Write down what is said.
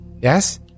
Yes